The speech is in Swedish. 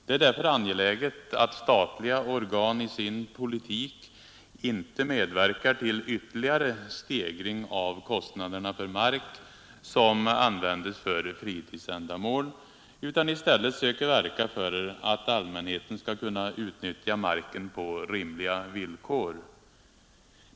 Det är därför angeläget att statliga organ i sin politik inte medverkar till ytterligare stegring av kostnaderna för mark som används för fritidsändamål utan i stället söker verka för att allmänheten skall kunna utnyttja marken på rimliga villkor.